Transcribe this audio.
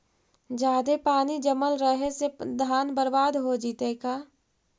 जादे पानी जमल रहे से धान बर्बाद हो जितै का?